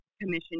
commission